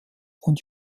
und